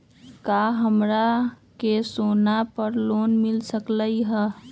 का हमरा के सोना पर लोन मिल सकलई ह?